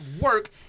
work